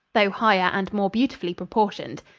though higher and more beautifully proportioned.